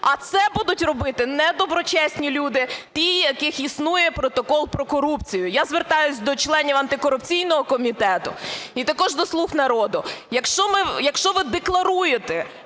А це будуть робити недоброчесні люди, ті, в яких існує протокол про корупцію. Я звертаюся до членів антикорупційного комітету і також до "слуг народу". Якщо ви декларуєте